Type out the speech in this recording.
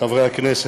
חברי חברי הכנסת,